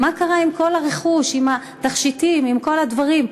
מה קרה עם כל הרכוש, עם התכשיטים, עם כל הדברים?